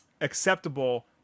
acceptable